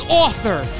author